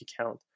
account